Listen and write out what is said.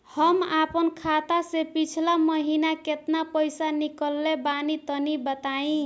हम आपन खाता से पिछला महीना केतना पईसा निकलने बानि तनि बताईं?